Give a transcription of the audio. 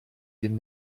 den